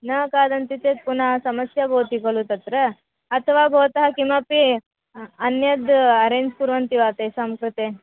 न खादन्ति चेत् पुनः समस्या भवति खलु तत्र अथवा भवन्तः किमपि अन्यद् अरेञ्ज् कुर्वन्ति वा तेषां कृते